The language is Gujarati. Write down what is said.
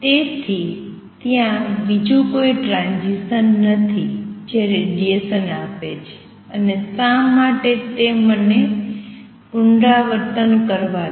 તેથી ત્યાં બીજું કોઈ ટ્રાંઝીસન નથી જે રેડીએશન આપે છે અને શા માટે તે મને પુનરાવર્તન કરવા દો